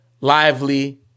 Lively